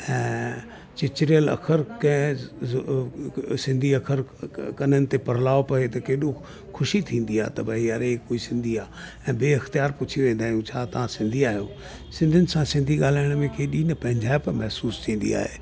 ऐं चिचिरियल अख़र कंहिं सिंधी अख़र कननि ते परलाव पए त केॾो खुशी थींदी आहे त भाई यार हीअ हिकु सिंधी आहे ऐं ॿिए इख्तियार पुछे वेदा आहियूं छा तव्हां सिंधी आहियो सिंधियुन सां सिंधी ॻाल्हाइण में केॾी न पंहिंजाइप महिसूसु थींदी आहे